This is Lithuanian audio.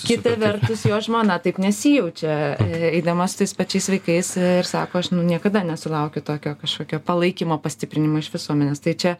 kita vertus jo žmona taip nesijaučia eidama su tais pačiais vaikais ir sako aš nu niekada nesulaukiu tokio kažkokio palaikymo pastiprinimo iš visuomenės tai čia